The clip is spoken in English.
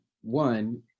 one